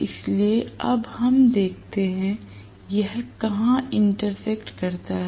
इसलिए अब हम देखते हैं यह कहां इंटरसेक्ट करता है